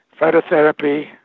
phototherapy